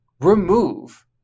remove